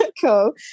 cool